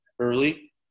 early